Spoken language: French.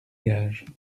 gage